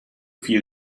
viel